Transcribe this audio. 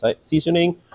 seasoning